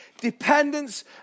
dependence